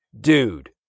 Dude